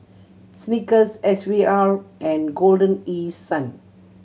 Snickers S V R and Golden East Sun